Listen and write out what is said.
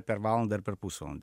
per valandą ar per pusvalandį